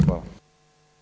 Hvala.